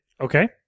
okay